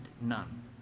none